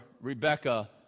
Rebecca